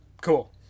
Cool